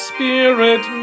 Spirit